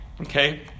Okay